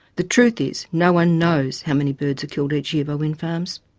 the truth is no one knows how many birds are killed each year by wind farms.